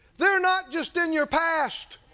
they are not just in your past,